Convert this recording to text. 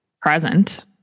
present